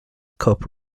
cup